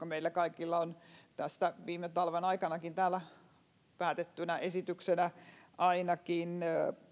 meillä kaikilla on viime talven aikanakin täällä päätettynä esityksenä ainakin